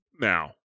Now